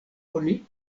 oni